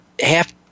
half